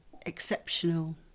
exceptional